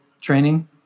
training